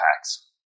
packs